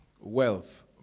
wealth